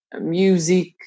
music